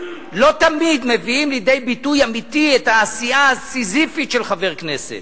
לא תמיד מביאים לידי ביטוי אמיתי את העשייה הסיזיפית של חבר כנסת,